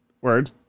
word